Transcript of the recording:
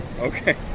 Okay